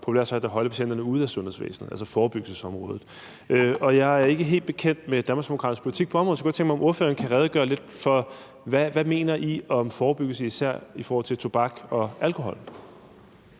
gøre for populært sagt at holde patienterne ude af sundhedsvæsenet, altså hvad vi kan gøre på forebyggelsesområdet. Jeg er ikke helt bekendt med Danmarksdemokraternes politik på området, så jeg kunne godt tænke mig at høre, om ordføreren kan redegøre lidt for, hvad I mener om forebyggelse, især i forhold til tobak og alkohol.